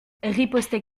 ripostait